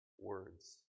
words